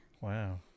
Wow